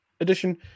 edition